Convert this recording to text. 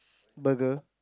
burger